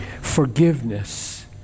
forgiveness